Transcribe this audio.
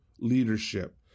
leadership